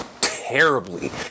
terribly